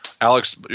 Alex